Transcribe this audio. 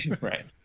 Right